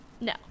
No